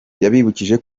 yabibukije